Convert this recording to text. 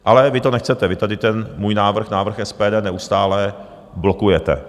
Ale vy to nechcete, vy tady ten můj návrh, návrh SPD, neustále blokujete.